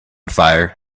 fire